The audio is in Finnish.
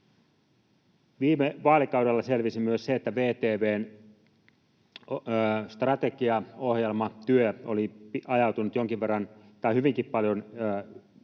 Viime vaalikaudella selvisi myös se, että VTV:n strategiaohjelmatyö oli ajautunut hyvinkin paljon vinoon